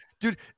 dude